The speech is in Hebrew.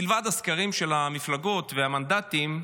מלבד הסקרים של המפלגות והמנדטים,